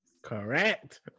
correct